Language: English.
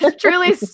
truly